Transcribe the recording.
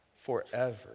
Forever